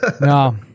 No